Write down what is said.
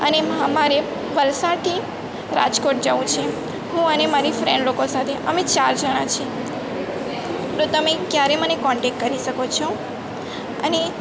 અને અ મારે વલસાડથી રાજકોટ જવું છે હું અને મારી ફ્રેન્ડ લોકો સાથે અમે ચાર જણા છીએ તો તમે ક્યારે મને કોન્ટેક કરી શકો છો અને